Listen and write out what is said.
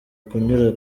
kunyura